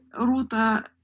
ruta